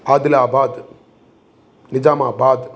Adilabad Nizamabad